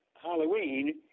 Halloween